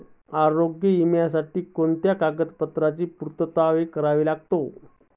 आरोग्य विम्यासाठी कोणत्या कागदपत्रांची पूर्तता करावी लागते?